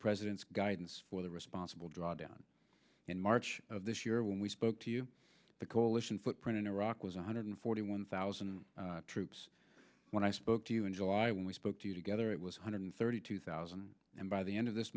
president's guidance for the responsible drawdown in march of this year when we spoke to you the coalition footprint in iraq was one hundred forty one thousand troops when i spoke to you in july when we spoke to together it was hundred thirty two thousand and by the end of this